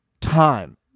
time